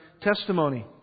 testimony